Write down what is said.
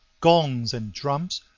gongs and drums,